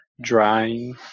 drying